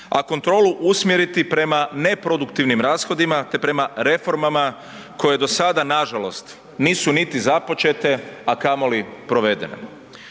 a kontrolu usmjeriti prema neproduktivnim rashodima te prema reformama koje do sada nažalost nisu niti započete, a kamoli provedene.